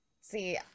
see